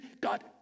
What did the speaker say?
God